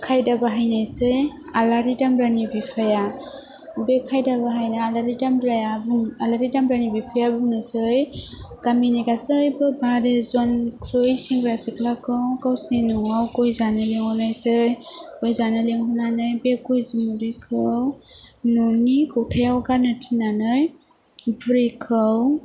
खायदा बाहायनायसै आलारि दामब्रानि बिफाया बे खायदा बाहायना आलारि दामब्राया आलारि दामब्रानि बिफाया बुंनोसै गामिनि गासैबो बारजनख्रुइ सेंग्रा सिख्लाखौ गावसिनि न'वाव गय जानो लिंहरनायसै गय जानो लिंहरनानै बे गय जुमुदैखौ न'नि खथायाव गारनो थिननानै बुरैखौ